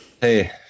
Hey